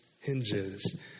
hinges